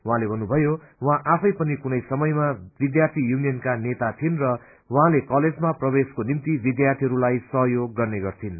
उहाँले भन्नुभयो उहाँ आफै पनि कुनै समयमा विध्यार्थी युनियनका नेता थिइन् तर उहाँले कलेजमा प्रवेशको निम्ति विध्यार्थीहरूलाई सहयोग गर्ने गर्थिन्